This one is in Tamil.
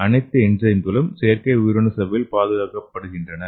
எனவே அனைத்து என்சைம்களும் செயற்கை உயிரணு சவ்வில் பாதுகாக்கப்படுகின்றன